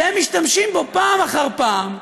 והם משתמשים בו פעם אחר פעם,